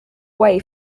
way